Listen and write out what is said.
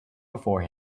before